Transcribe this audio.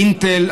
אינטל,